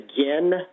again